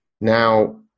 Now